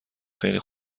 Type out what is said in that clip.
خیلی